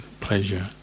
pleasure